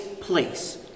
place